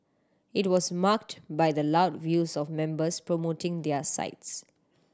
it was marked by the loud views of members promoting their sides